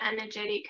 energetic